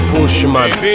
Pushman